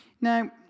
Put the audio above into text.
Now